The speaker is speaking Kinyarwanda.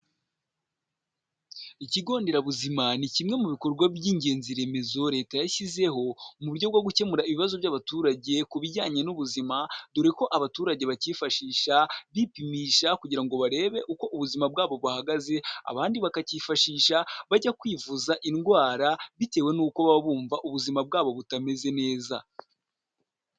Ikigo nderabuzima ni kimwe mu bikorwa by'ingenzi remezo leta yashyizeho muburyo bwo gukemura ibibazo by'abaturage ku bijyanye n'ubuzima, dore ko abaturage bakifashisha bipimisha kugira ngo barebe uko ubuzima bwabo buhagaze, abandi bakakiyifashisha bajya kwivuza indwara bitewe n'uko baba bumva ubuzima bwabo butameze neza.